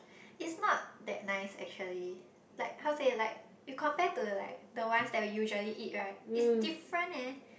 it's not that nice actually like how to say like you compare to like the ones that we usually eat right it's different leh